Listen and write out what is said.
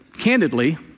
candidly